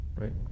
right